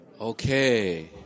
okay